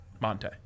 Monte